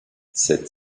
cette